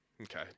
Okay